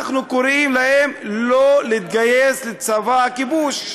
אנחנו קוראים להם לא להתגייס לצבא הכיבוש.